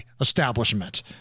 establishment